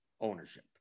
ownership